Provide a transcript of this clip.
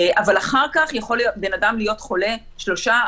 אבל אחר כך יכול בן אדם להיות חולה שלושה,